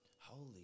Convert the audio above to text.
Holy